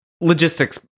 Logistics